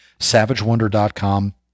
SavageWonder.com